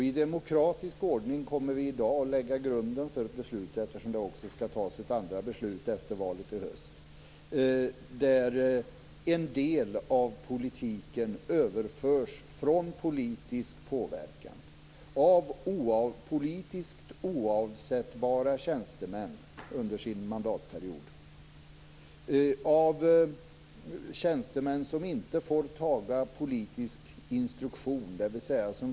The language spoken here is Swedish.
I demokratisk ordning kommer vi i dag att lägga grunden för ett beslut - det skall ju också fattas ett andra beslut efter valet i höst - där en del av politiken överförs från politisk påverkan till tjänstemän som är politiskt oavsättbara under sin mandatperiod och som inte får ta politisk instruktion.